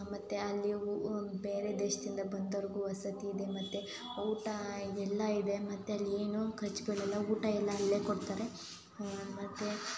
ಮತ್ತು ಅಲ್ಲಿ ಊ ಬೇರೆ ದೇಶದಿಂದ ಬಂದವ್ರ್ಗೂ ವಸತಿ ಇದೆ ಮತ್ತು ಊಟ ಎಲ್ಲ ಇದೆ ಮತ್ತು ಅಲ್ಲಿ ಏನು ಖರ್ಚುಗಳಿಲ್ಲ ಊಟ ಎಲ್ಲ ಅಲ್ಲಿಯೇ ಕೊಡ್ತಾರೆ ಮತ್ತು